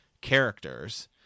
characters